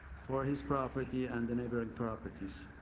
for his property and the neighboring properties.